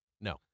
No